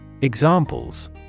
Examples